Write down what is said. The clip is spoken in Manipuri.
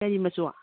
ꯀꯔꯤ ꯃꯆꯨ